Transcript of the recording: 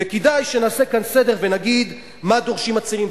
וכדאי שנעשה כאן סדר ונגיד מה דורשים הצעירים.